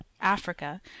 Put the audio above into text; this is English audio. africa